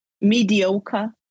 mediocre